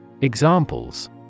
Examples